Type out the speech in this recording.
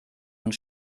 und